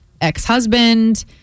ex-husband